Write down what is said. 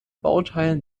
bauteilen